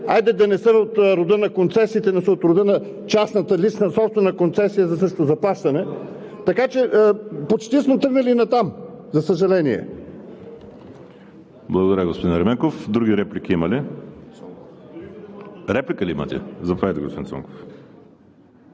хайде да не са от рода на концесиите, но са от рода на частната лична собствена концесия срещу заплащане. Така че почти сме тръгнали натам, за съжаление.